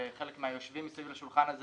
שחלק מהיושבים מסביב לשולחן הזה